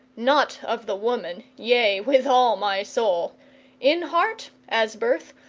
not of the woman, yea, with all my soul in heart, as birth,